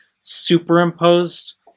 superimposed